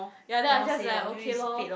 ya then I just like okay lor